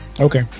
okay